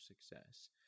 success